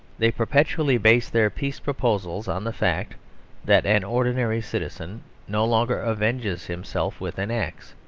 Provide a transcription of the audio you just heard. they perpetually base their peace proposals on the fact that an ordinary citizen no longer avenges himself with an axe.